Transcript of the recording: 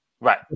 Right